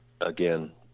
again